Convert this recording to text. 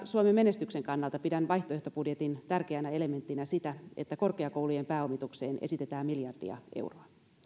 suomen menestyksen kannalta pidän vaihtoehtobudjetin tärkeänä elementtinä sitä että korkeakoulujen pääomitukseen esitetään miljardia euroa